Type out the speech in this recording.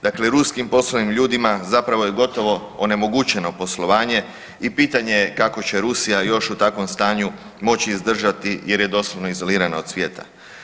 Dakle, ruskim poslovnim ljudima zapravo je gotovo onemogućeno poslovanje i pitanje je kako će Rusija još u takvom stanju moći izdržati jer je doslovno izolirana od svijeta.